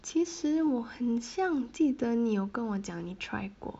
其实我很像记得你有跟我讲你 try 过